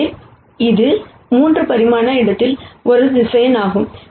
எனவே இது 3 பரிமாண இடத்தில் ஒரு வெக்டார் ஆகும்